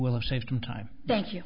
will have saved some time thank you